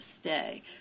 stay